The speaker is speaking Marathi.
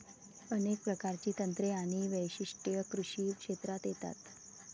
अनेक प्रकारची तंत्रे आणि वैशिष्ट्ये कृषी क्षेत्रात येतात